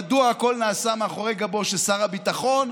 מדוע הכול נעשה מאחורי גבו של שר הביטחון,